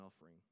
offering